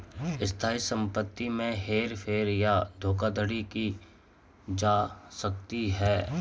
स्थायी संपत्ति में हेर फेर कर धोखाधड़ी की जा सकती है